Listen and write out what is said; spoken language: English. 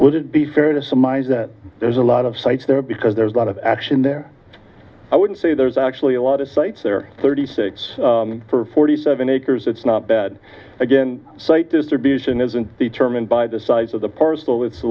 would it be fair to summarize that there's a lot of sites there because there's a lot of action there i wouldn't say there's actually a lot of sites there thirty six for forty seven acres it's not bad again site distribution isn't determined by the size of the parcel it's